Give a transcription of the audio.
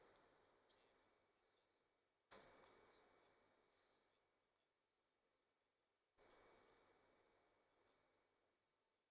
okay